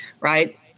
Right